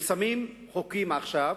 ושמים חוקים עכשיו,